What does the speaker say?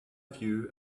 view